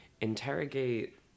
interrogate